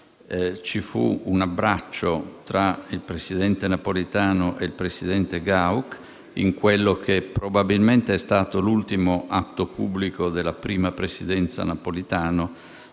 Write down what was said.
Ci fu un abbraccio tra il presidente Napolitano ed il presidente Gauck, in quello che probabilmente è stato l'ultimo atto pubblico della prima presidenza Napolitano.